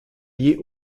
liés